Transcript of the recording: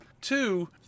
Two